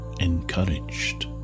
encouraged